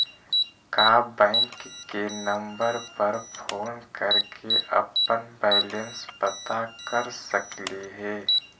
का बैंक के नंबर पर फोन कर के अपन बैलेंस पता कर सकली हे?